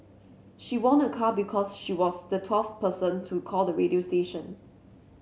she won a car because she was the twelfth person to call the radio station